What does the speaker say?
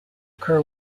occur